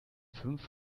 fünf